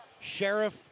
Sheriff